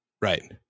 Right